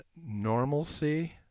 normalcy